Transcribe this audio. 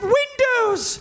windows